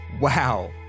wow